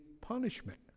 punishment